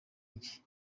iki